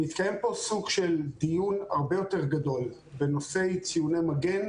מתקיים פה סוג של דיון הרבה יותר גדול בנושא ציוני המגן,